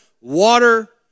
water